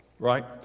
right